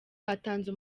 batanze